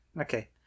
Okay